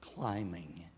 climbing